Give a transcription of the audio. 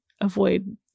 avoid